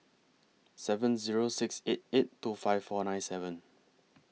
seven Zero six eight eight two five four nine seven